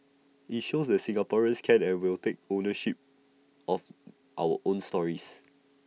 IT shows that Singaporeans can and will take ownership of our own stories